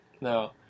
No